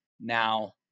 Now